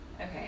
Okay